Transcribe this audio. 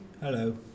Hello